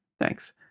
thanks